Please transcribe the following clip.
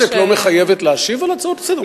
הכנסת לא מחייבת להשיב על הצעות לסדר-היום?